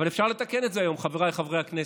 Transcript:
אבל אפשר לתקן את זה היום, חבריי חברי הכנסת.